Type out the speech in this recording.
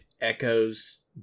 Echoes